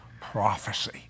prophecy